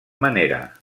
manera